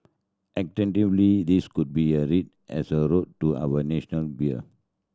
alternatively this could be a read as a nod to our national beer